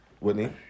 Whitney